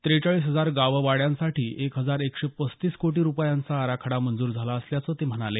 त्रेचाळीस हजार गावं वाड्यांसाठी एक हजार एकशे पस्तीस कोटी रुपयांचा आराखडा मंजूर झाला असल्याचं ते म्हणाले